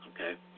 okay